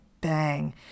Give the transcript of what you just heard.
bang